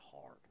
hard